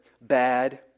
bad